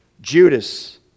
Judas